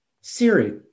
Siri